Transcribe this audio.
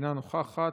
אינה נוכחת,